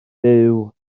duw